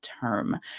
term